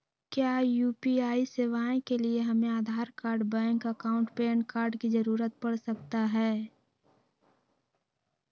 क्या यू.पी.आई सेवाएं के लिए हमें Aadhaar card bank account PAN card की जरूरत पड़ सकता है?